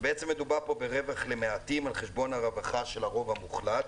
כי בעצם מדובר פה ברווח למעטים על חשבון הרווחה של הרוב המוחלט,